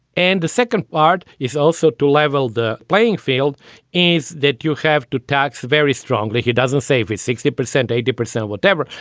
and the second part is also to level the playing field is that you have to tax very strongly. he doesn't save it sixty percent, eighty percent, whatever,